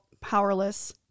powerless